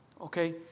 Okay